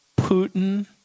Putin